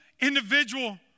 individual